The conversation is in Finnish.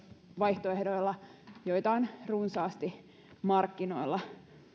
vaihtoehdoilla joita on runsaasti markkinoilla